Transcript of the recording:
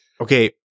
Okay